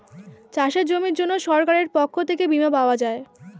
চাষের জমির জন্য সরকারের পক্ষ থেকে বীমা পাওয়া যায়